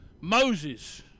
Moses